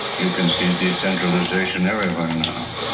you can see decentralization everywhere now.